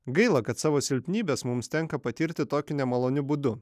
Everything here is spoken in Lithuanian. gaila kad savo silpnybes mums tenka patirti tokiu nemaloniu būdu